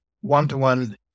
one-to-one